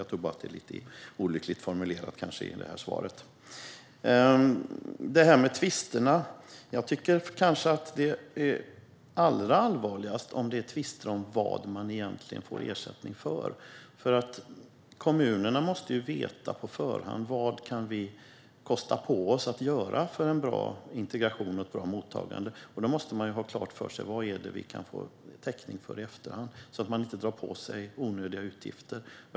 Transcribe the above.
Jag tror bara att detta var lite olyckligt formulerat i svaret. Vad gäller det här med tvisterna tycker jag kanske att det är allra allvarligast om det är tvister om vad man egentligen får ersättning för. Kommunerna måste ju veta på förhand vad de kan kosta på sig att göra för en bra integration och ett bra mottagande. Då måste de ha klart för sig vad det är de kan få täckning för i efterhand, så att de inte drar på sig onödiga utgifter.